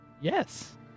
Yes